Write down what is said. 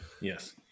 Yes